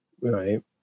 right